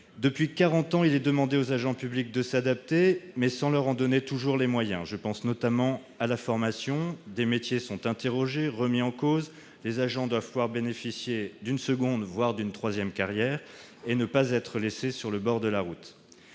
Depuis quarante ans, il est demandé aux agents publics de s'adapter, mais on ne leur en donne pas les moyens. Je pense notamment à la formation. Des métiers sont interrogés, remis en cause. Les agents doivent pouvoir bénéficier d'une deuxième carrière, voire d'une troisième, et ne pas être laissés sur le bord de la route.